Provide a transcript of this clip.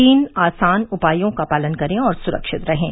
तीन आसान उपायों का पालन करें और सुरक्षित रहें